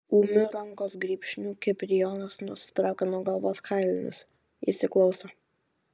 ūmiu rankos grybšniu kiprijonas nusitraukia nuo galvos kailinius įsiklauso